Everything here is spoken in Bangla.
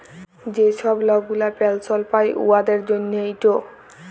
যে ছব লক গুলা পেলসল পায় উয়াদের জ্যনহে ইট